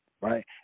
right